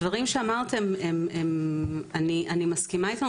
הדברים שאמרתם הם, אני מסכימה איתם.